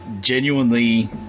genuinely